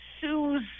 sues